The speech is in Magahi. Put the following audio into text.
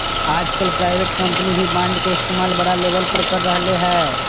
आजकल प्राइवेट कम्पनी भी बांड के इस्तेमाल बड़ा लेवल पर कर रहले है